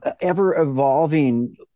ever-evolving